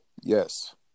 Yes